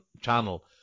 channel